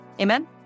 Amen